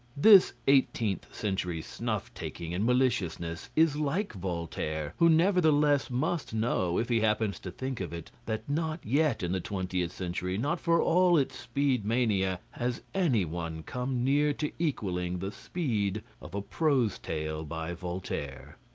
this eighteenth century snuff-taking and malicious, is like voltaire, who nevertheless must know, if he happens to think of it, that not yet in the twentieth century, not for all its speed mania, has any one come near to equalling the speed of a prose tale by voltaire.